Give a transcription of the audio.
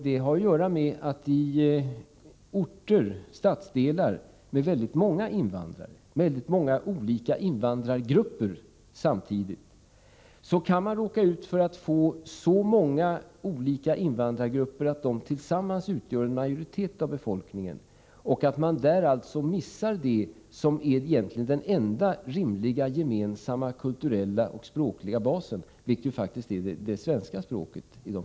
I orter och i stadsdelar med väldigt många invandrare och väldigt många invandrargrupper kan dessa tillsammans utgöra en majoritet av befolkningen. Man missar där den enda rimliga gemensamma kulturella och språkliga basen, nämligen det svenska språket.